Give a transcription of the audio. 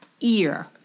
ear